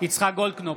יצחק גולדקנופ,